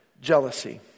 jealousy